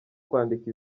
kwandika